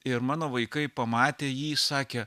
ir mano vaikai pamatę jį sakė